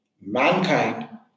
Mankind